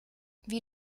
wie